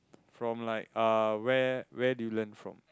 from like uh where where do you learn from